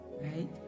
Right